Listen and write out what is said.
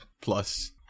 plus